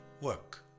work